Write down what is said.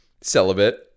celibate